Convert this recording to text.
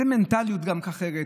זו גם מנטליות אחרת.